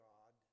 God